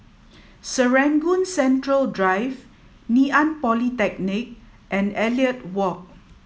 Serangoon Central Drive Ngee Ann Polytechnic and Elliot Walk